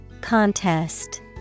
Contest